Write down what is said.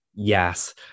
Yes